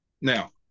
Now